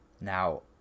Now